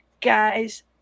Guys